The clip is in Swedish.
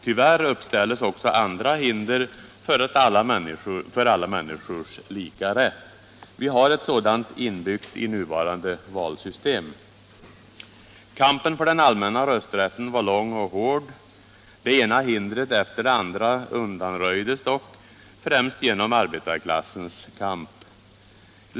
Tyvärr uppställs också andra hinder för alla människors lika rätt. Vi har ett sådant inbyggt i det nuvarande valsystemet. Kampen för den allmänna rösträtten var lång och hård. Det ena hindret efter det andra undanröjdes dock, främst genom arbetarklassens kamp.